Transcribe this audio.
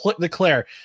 declare